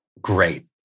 great